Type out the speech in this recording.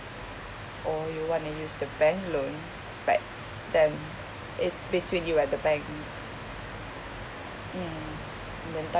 or you want to use the bank loan but then it's between you and the bank mm then tal~